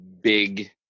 big